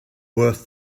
worth